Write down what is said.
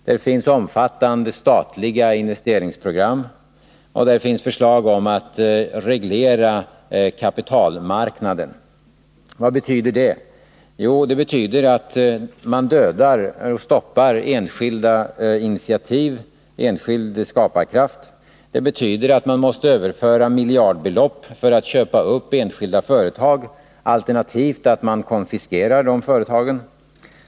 Där finns omfattande statliga investeringsprogram och förslag om att reglera kapitalmarknaden. Vad betyder det? Jo, det betyder att man stoppar enskilda initiativ och dödar enskild skaparkraft. Det betyder att man måste överföra miljardbelopp för att köpa upp enskilda företag, alternativt att man konfiskerar de företagen.